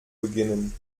beginnen